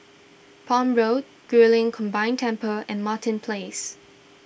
Palm Road Guilin Combined Temple and Martin Place